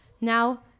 Now